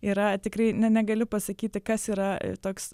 yra tikrai ne negaliu pasakyti kas yra toks